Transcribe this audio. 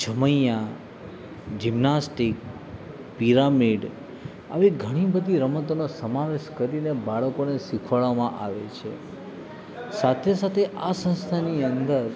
જમૈયા gymnastic pyramid આવી ઘણી બધી રમતોનો સમાવેશ કરીને બાળકોને શીખવાડવામાં આવે છે સાથે સાથે આ સંસ્થાની અંદર